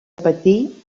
patir